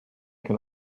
can